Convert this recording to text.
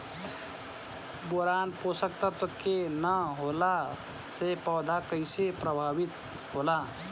Boron पोषक तत्व के न होला से पौधा कईसे प्रभावित होला?